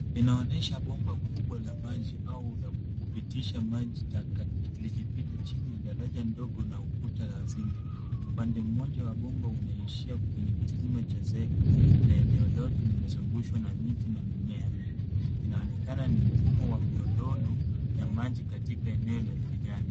Inaonyesha bomba kubwa la maji au la kupitisha maji taka, likipita chini ya daraja ndogo na ukuta ya nzige. Upande mmoja wa bomba unaishia kwenye kisima cha zege na eneo lote limezungushwa na miti na mimea mingi. Inaonekana ni mfumo wa miondono ya maji katika eneo la kijani.